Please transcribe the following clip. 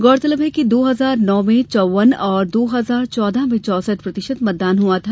गौरतलब है कि दो हजार नौ में चौवन और दो हजार चौदह में चौसठ प्रतिशत मतदान हुआ था